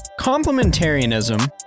Complementarianism